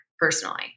personally